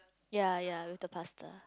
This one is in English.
ya ya with the pasta